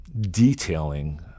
detailing